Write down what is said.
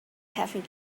having